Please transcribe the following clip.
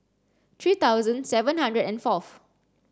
three thousand seven hundred and fourth